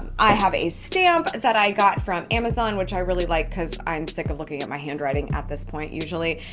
i have a stamp that i got from amazon, which i really like cause i'm sick of looking at my handwriting at this point, usually.